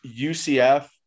UCF